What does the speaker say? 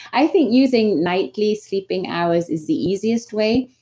i think using nightly sleeping hours is the easiest way.